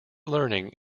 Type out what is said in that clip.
learning